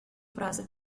фразы